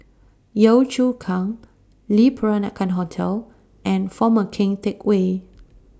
Yio Chu Kang Le Peranakan Hotel and Former Keng Teck Whay